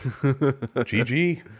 GG